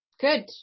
Good